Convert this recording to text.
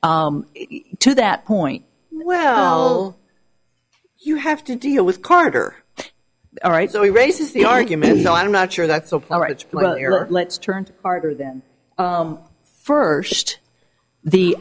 to that point well you have to deal with carter all right so he raises the argument you know i'm not sure that's ok all right let's turn to arthur then first the